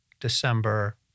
December